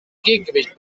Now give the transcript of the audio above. gegengewicht